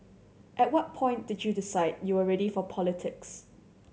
at what point did you decide you were ready for politics